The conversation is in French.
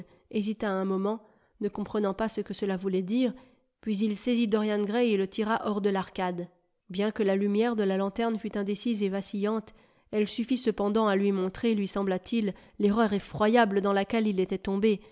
hésita un moment ne comprenant pas ce que cela voulait dire puis il saisit dorian grav et le tira hors de l'arcade bien que la lumière de la lanterne fût indécise et vacillante elle suffit cependant à lui montrer lui sembla-t-il l'erreur effroyable dans laquelle il était tombé